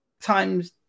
times